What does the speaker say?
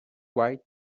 quite